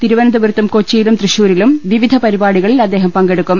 തിരുവനന്തപു രത്തും കൊച്ചിയിലും തൃശൂരിലും വിവിധ പരിപാടികളിൽ അദ്ദേഹം പങ്കെടുക്കും